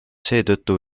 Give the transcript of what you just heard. seetõttu